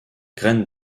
graine